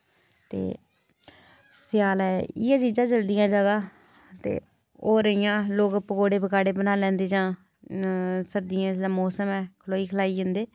ते सेआलै इ'यै चीजां चलदियां जादा ते होर इ'यां लोक पकौड़े पकाड़े बनाई लैंदे जां सर्दियें दा मौसम ऐ खलोई खलाई जंदे